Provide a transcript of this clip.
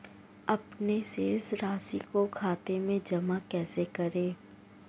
अपने शेष राशि को खाते में जमा कैसे करें?